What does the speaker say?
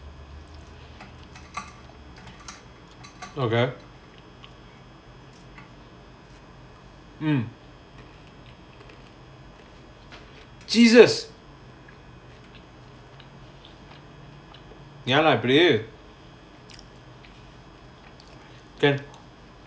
okay mm jesus ya lah prayer can